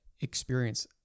experience